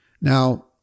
Now